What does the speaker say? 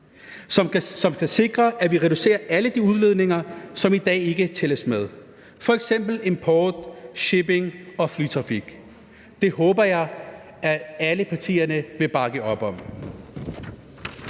som skal sikre, at vi reducerer alle de udledninger, som i dag ikke tælles med, f.eks. import, shipping og flytrafik. Det håber jeg at alle partier vil bakke op om.